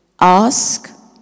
ask